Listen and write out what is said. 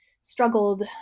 struggled